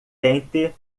tente